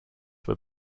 were